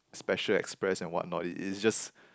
special express and what not it it's just